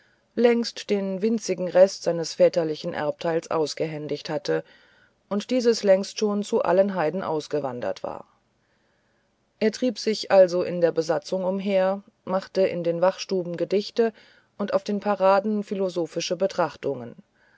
längst den winzigen rest seines väterlichen erbteils ausgehändigt hatte und dieses längst schon zu allen heiden ausgewandert war er trieb sich also in der besatzung umher machte in den wachtstuben gedichte und auf den paraden philosophische betrachtungen